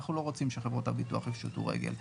אנחנו לא רוצים שחברות הביטוח יפשטו רגל.